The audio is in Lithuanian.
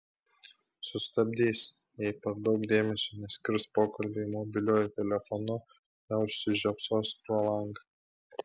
sustabdys jei per daug dėmesio neskirs pokalbiui mobiliuoju telefonu neužsižiopsos pro langą